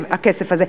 הכסף הזה.